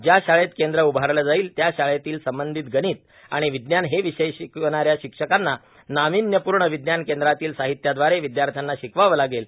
ज्या शाळेत केंद्र उभारले जाईल त्या शाळेतील संबंधित गणित आणि विज्ञान हे विषय शिकविणाऱ्या शिक्षकांना नावीन्यपूर्ण विज्ञान केंद्रातील साहित्याद्वारे विद्यार्थ्यांना शिकवावे लागेल